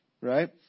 Right